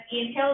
inhale